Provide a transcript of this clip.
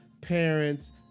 parents